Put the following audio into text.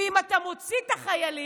ואם אתה מוציא את החיילים,